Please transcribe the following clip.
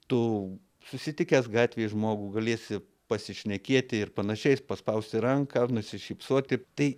tu susitikęs gatvėj žmogų galėsi pasišnekėti ir panašiais paspausti ranką ar nusišypsoti tai